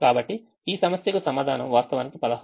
కాబట్టి ఈ సమస్యకు సమాధానం వాస్తవానికి 16